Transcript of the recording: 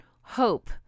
hope